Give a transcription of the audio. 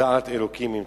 ודעת ה' תמצא".